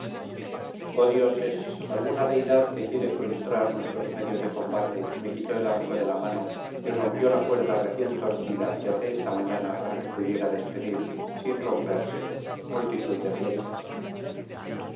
dioses alguna deidad que quiere frustrar nuestros medios de combate me quitó el arco de la mano y rompió la cuerda recién torcida que até esta mañana para que pudiera despedir sin romperse multitud de flechas